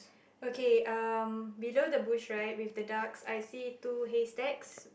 okay um below the bush right with the ducks I see two haystacks